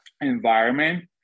environment